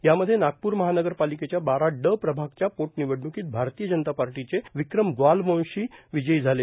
यामध्ये नागपूर महानगरपालिकेच्या बारा ड प्रभागाच्या पोटनिवडणुकी भारतीय जनता पार्टीचे विक्रम ग्वालबंशी विजयी झाले